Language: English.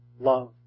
love